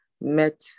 met